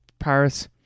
Paris